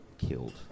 killed